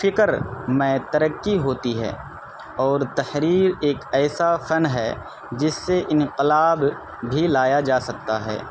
فکر میں ترقی ہوتی ہے اور تحریر ایک ایسا فن ہے جس سے انقلاب بھی لایا جا سکتا ہے